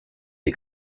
les